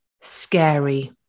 scary